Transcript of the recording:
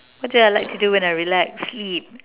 what do I like to do when I relax sleep